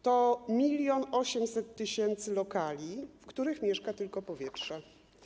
To 1800 tys. lokali, w których mieszka tylko powietrze.